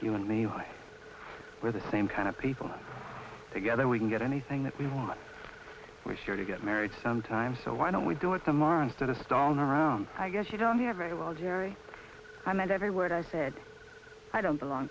you and me we're the same kind of people together we can get anything that we want we're sure to get married sometime so why don't we do it some are instead of stalin around i guess you don't hear very well jerry i meant every word i said i don't belong